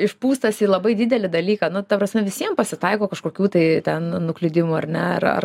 išpūstas į labai didelį dalyką nu ta prasme visiem pasitaiko kažkokių tai ten nuklydimų ar ne ar